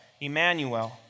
Emmanuel